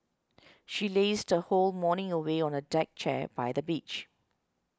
she lazed her whole morning away on a deck chair by the beach